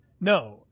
No